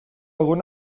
algun